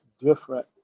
different